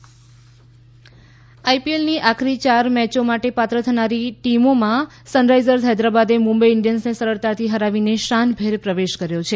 IPL આઈપીએલની આખરી યાર મેચો માટે પાત્ર થનારી ટીમોમાં સનરાઇઝર્સ હૈદરાબાદે મુંબઈ ઇન્ડિયન્સને સરળતાથી હરાવીને શાનભેર પ્રવેશ કર્યો છે